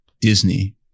disney